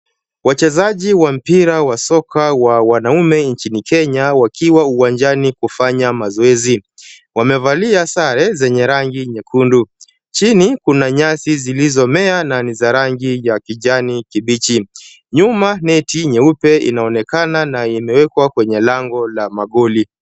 Wachezaji wa mpira wa soka wa wanaume nchini Kenya wakiwa uwanjani kufanya mazoezi. Wamevalia sare zenye rangi nyekundu. Chini kuna nyasi zilizomea na ni za rangi ya kijani kibichi. Nyuma neti nyeupe inaonekana na imewekwa kwenye lango la magoli.